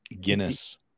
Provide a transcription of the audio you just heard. Guinness